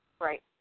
Right